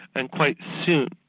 and quite soon,